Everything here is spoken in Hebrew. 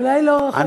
אולי לא רחוק היום.